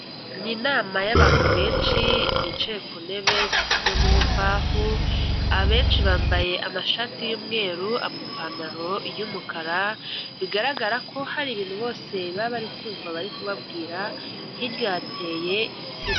Ni inama y'abantu benshi bicaye ku ntebe zikozwe mu mbaho, abenshi bambaye amashati y'umweru, amapantaro y'umukara, bigaragara ko hari ibintu bose bari bari kumva bari kubabwira, hirya hateye insina.